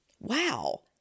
Wow